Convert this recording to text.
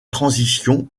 transition